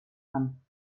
kann